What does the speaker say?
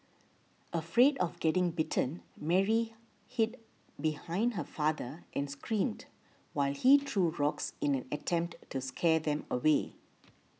afraid of getting bitten Mary hid behind her father and screamed while he threw rocks in an attempt to scare them away